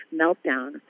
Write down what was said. meltdown